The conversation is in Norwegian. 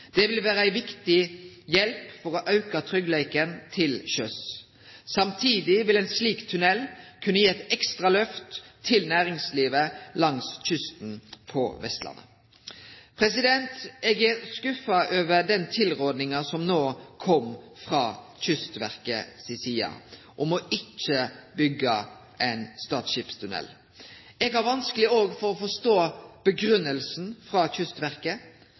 Det vil vere ei viktig hjelp for å auke tryggleiken til sjøs. Samtidig vil ein slik tunnel kunne gi eit ekstra løft til næringslivet langs kysten på Vestlandet. Eg er skuffa over den tilrådinga som kom frå Kystverkets side om ikkje å byggje ein Stad skipstunnel. Eg har òg vanskeleg for å forstå grunngjevinga frå Kystverket.